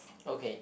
okay